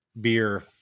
beer